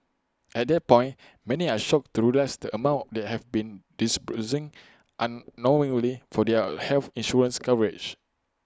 at that point many are shocked to realise the amount they have been disbursing unknowingly for their health insurance coverage